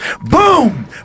boom